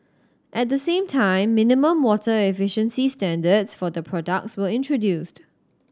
at the same time minimum water efficiency standards for the products were introduced